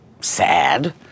sad